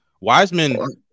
Wiseman